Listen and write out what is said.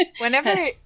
whenever